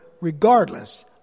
regardless